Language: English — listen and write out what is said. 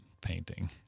painting